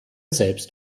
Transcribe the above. selbst